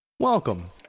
Welcome